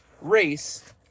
race